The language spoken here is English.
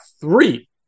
three